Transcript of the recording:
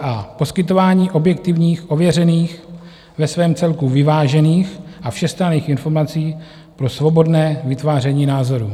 a) poskytování objektivních, ověřených, ve svém celku vyvážených a všestranných informací pro svobodné vytváření názorů,